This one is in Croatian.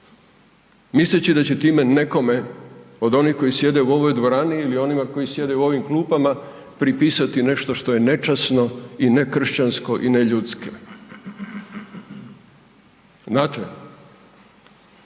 misleći da će time nekome od onih koji sjede u ovoj dvorani ili onima koji sjede u ovim klupama pripisati nešto što je nečasno i nekršćansko i neljudski. Znate